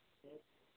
हँ